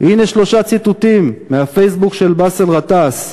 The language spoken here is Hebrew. הנה, שלושה ציטוטים מהפייסבוק של באסל גטאס: